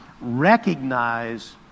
recognize